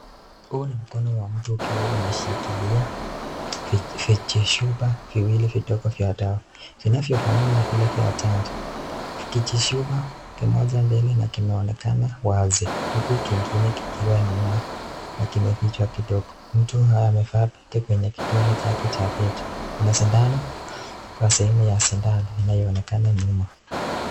Huu ni mkono wa mtu ukiwa umeshikilia vijichupa viwili vidogo vya dawa vinavyo fanana vile vya maji, kijichuma moja mbele na kinaonekana wazi huku kingine kikiwa nyuma na kimefichwa kidogo. Mtu amevaa pete kwenye kidole chake cha pete. Kuna sindano kwa sehemu ya sindano inayoonekana nyuma.